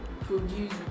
produce